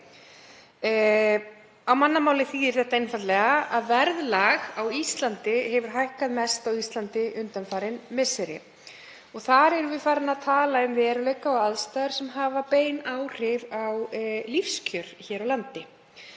Á mannamáli þýðir þetta einfaldlega að verðlag hefur hækkað mest á Íslandi undanfarin misseri. Þar erum við farin að tala um veruleika og aðstæður sem hafa bein áhrif á lífskjör hér á landi.